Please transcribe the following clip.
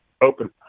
Open